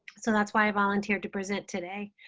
so that's why i volunteered to present today.